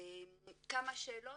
יש לי כמה שאלות,